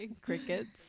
Crickets